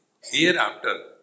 Hereafter